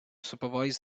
supervise